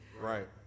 Right